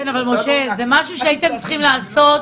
משה, זה משהו שהייתם צריכים לעשות.